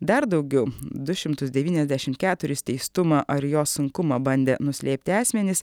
dar daugiau du šimtus devyniasdešimt keturis teistumą ar jo sunkumą bandę nuslėpti asmenys